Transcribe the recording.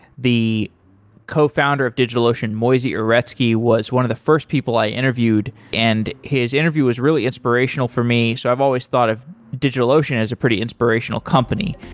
the cofounder of digitalocean, moisey uretsky, was one of the first people i interviewed, and his interview was really inspirational for me. so i've always thought of digitalocean as a pretty inspirational company.